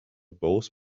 both